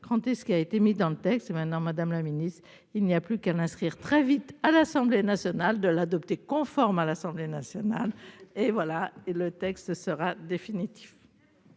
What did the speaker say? cranté ce qui a été mis dans le texte, maintenant, Madame la Ministre, il n'y a plus qu'à l'inscrire très vite à l'Assemblée nationale, de l'adopter conforme à l'Assemblée nationale et voilà, et le texte sera définitivement.